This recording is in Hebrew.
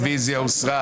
הרוויזיה הוסרה.